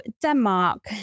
Denmark